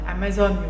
Amazon